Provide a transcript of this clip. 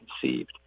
conceived